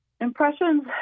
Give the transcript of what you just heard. Impressions